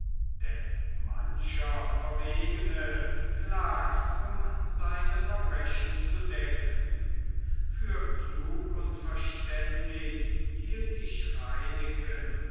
denn mancher verwegne klagt um seine verbrechen zu decken für klug und verständig hielt ich reineken